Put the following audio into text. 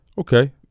Okay